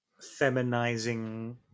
feminizing